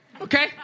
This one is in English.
okay